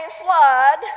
flood